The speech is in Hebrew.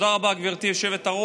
תודה רבה, גברתי היושבת-ראש.